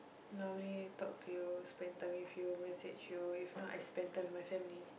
normally talk to you spend time with you message you if not I spend time with my family